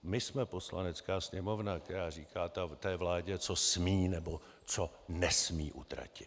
My jsme Poslanecká sněmovna, která říká vládě, co smí, nebo co nesmí utratit.